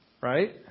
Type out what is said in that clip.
right